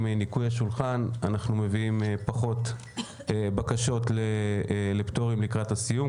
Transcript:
עם ניקוי השולחן אנחנו מביאים פחות בקשות לפטורים לקראת הסיום,